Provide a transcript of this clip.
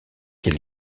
quel